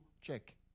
check